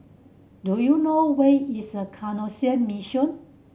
do you know where is Canossian Mission